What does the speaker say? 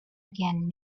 again